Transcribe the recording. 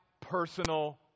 personal